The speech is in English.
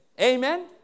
Amen